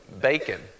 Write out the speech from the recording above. bacon